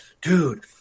dude